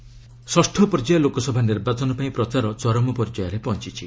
campaigning ଷଷ୍ଠ ପର୍ଯ୍ୟାୟ ଲୋକସଭା ନିର୍ବାଚନ ପାଇଁ ପ୍ରଚାର ଚରମ ପର୍ଯ୍ୟାୟରେ ପହଞ୍ଚିଛି